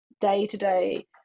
day-to-day